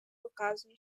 показує